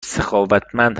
سخاوتمند